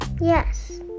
Yes